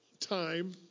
time